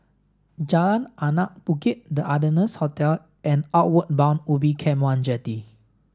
Jalan Anak Bukit the Ardennes Hotel and Outward Bound Ubin Camp One Jetty